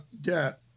debt